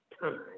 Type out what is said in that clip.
time